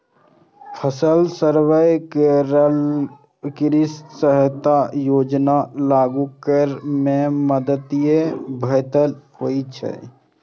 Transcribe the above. फसल सर्वे करेला सं कृषि सहायता योजना लागू करै मे मदति भेटैत छैक